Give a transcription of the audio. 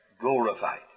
glorified